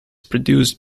produced